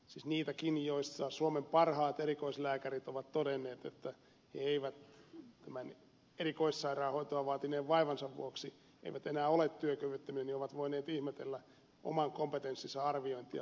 siis nekin joista suomen parhaat erikoislääkärit ovat todenneet että he eivät erikoissairaanhoitoa vaativan vaivansa vuoksi ole enää työkykyisiä ovat voineet ihmetellä oman kompetenssinsa arviointia vakuutusyhtiöissä